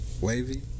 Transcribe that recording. Wavy